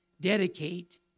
dedicate